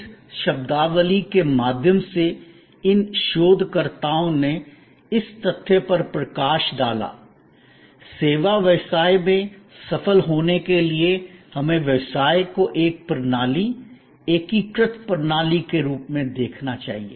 इस शब्दावली के माध्यम से इन शोधकर्ताओं ने इस तथ्य पर प्रकाश डाला सेवा व्यवसाय में सफल होने के लिए हमें व्यवसाय को एक प्रणाली एकीकृत प्रणाली के रूप में देखना चाहिए